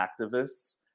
activists